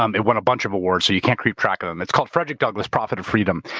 um it won a bunch of awards. so you can't keep track of them. it's called frederick douglass, profit of freedom.